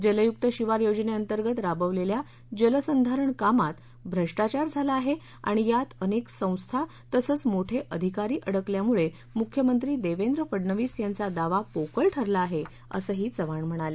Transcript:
जलयूक्त शिवार योजनेअंतर्गत राबवलेल्या जलसंधारण कामात भ्रष्टाचार झाला आहे आणि यात अनेक संस्था तसंच मोठे आधिकारी अडकल्यामुळे मुख्यमंत्री देवेंद्र फडणवीस यांचा दावा पोकळ ठरला आहे असही चव्हाण म्हणाले